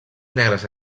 negres